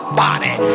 body